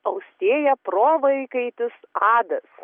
austėja provaikaitis adas